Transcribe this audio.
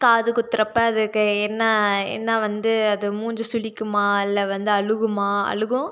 காது குத்துறப்போ அதுக்கு என்ன என்ன வந்து அது மூஞ்சி சுழிக்குமா இல்லை வந்து அழுமா அழும்